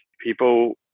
People